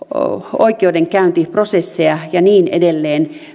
oikeudenkäyntiprosesseja ja niin edelleen